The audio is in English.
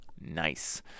nice